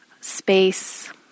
space